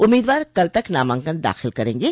उम्मीदवार कल तक नामांकन दाखिल करेंगे